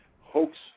hoax